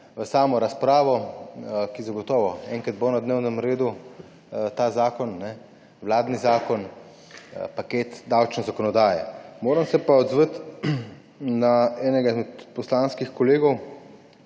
v samo razpravo, ker zagotovo enkrat bo na dnevnem redu ta zakon, vladni zakon, paket davčne zakonodaje. Moram se pa odzvati na enega od poslanskih kolegov,